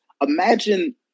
imagine